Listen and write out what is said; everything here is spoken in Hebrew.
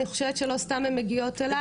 אני חושבת שלא סתם הן מגיעות אליי,